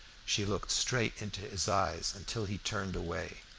she looked straight into his eyes, until he turned away.